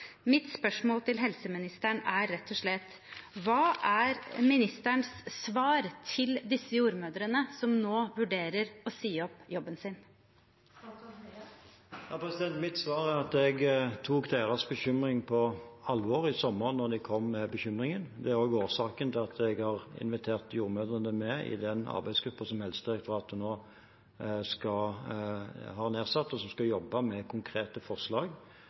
Mitt spørsmål til helseministeren er rett og slett: Hva er ministerens svar til disse jordmødrene som nå vurderer å si opp jobben sin? Mitt svar er at jeg tok deres bekymring på alvor i sommer da de kom med bekymringen. Det er også årsaken til at jeg har invitert jordmødrene med i den arbeidsgruppen som Helsedirektoratet har nedsatt, og som skal jobbe med konkrete forslag